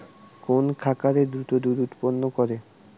কোন খাকারে দ্রুত দুধ উৎপন্ন করে?